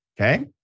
okay